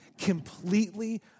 completely